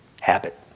habit